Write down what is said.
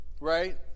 Right